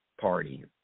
Party